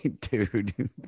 Dude